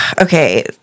Okay